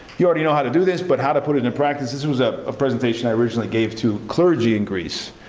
you already know how to do this, but how to put it into practice. this was a ah presentation that i originally gave to clergy in greece,